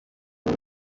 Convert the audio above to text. two